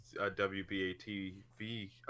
WBATV